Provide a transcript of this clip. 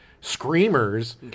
screamers